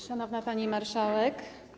Szanowna Pani Marszałek!